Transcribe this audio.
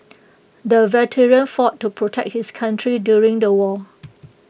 the veteran fought to protect his country during the war